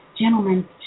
gentlemen